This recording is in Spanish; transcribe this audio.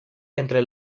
entre